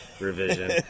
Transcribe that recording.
Revision